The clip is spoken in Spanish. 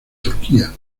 turquía